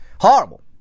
horrible